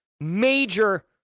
major